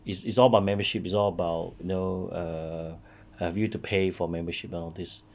it's it's all about membership it's all about you know err have you to pay for membership nowadays